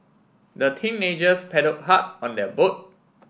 the teenagers paddle hard on their boat